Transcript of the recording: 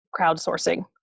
crowdsourcing